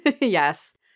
Yes